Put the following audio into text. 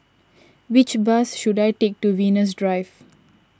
which bus should I take to Venus Drive